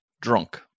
drunk